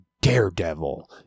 daredevil